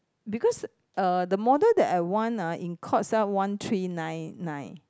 because uh the model that I want ah in Courts sell one one three nine nine